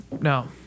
No